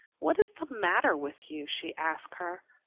what is the matter with you? she asked her,